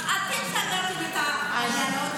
אתם סגרתם את איילון,